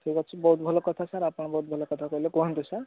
ଠିକ୍ ଅଛି ବହୁତ ଭଲ କଥା ସାର୍ ଆପଣ ବହୁତ ଭଲ କଥା କହିଲେ କୁହନ୍ତୁ ସାର୍